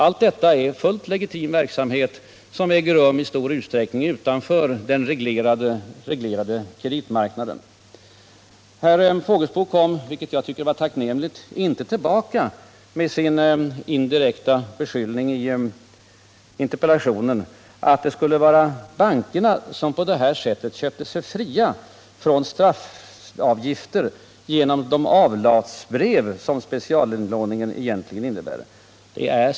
Allt detta är en fullt legitim verksamhet som i stor utsträckning äger rum utanför den reglerade kreditmarknaden. Herr Fågelsbo kom -— vilket jag tyckte var tacknämligt — inte tillbaka med den indirekta beskyllning han gjorde i interpellationen, nämligen att bankerna ville köpa sig fria från straffavgifter genom de ”avlatsbrev” som specialinlåningen egentligen är.